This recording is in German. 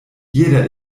jeder